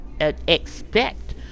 expect